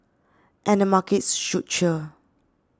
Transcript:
and the markets should cheer